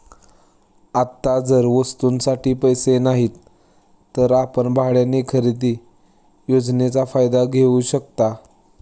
आता जर वस्तूंसाठी पैसे नाहीत तर आपण भाड्याने खरेदी योजनेचा फायदा घेऊ शकता